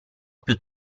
più